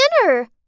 dinner